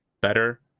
better